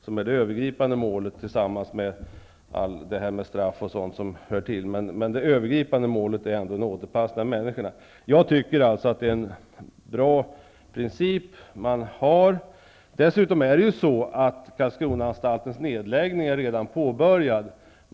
Straff och sådant hör till, men det övergripande målet är som sagt ändå en återanpassning av människorna. Jag tycker att det är en bra princip. Dessutom har ju nedläggningen av Karlskronaanstalten redan påbörjats.